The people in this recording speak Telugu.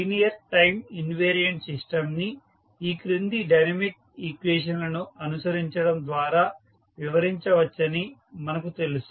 లీనియర్ టైం ఇన్వేరియంట్ సిస్టం ని ఈ క్రింది డైనమిక్ ఈక్వేషన్స్ లను అనుసరించడం ద్వారా వివరించవచ్చని మనకు తెలుసు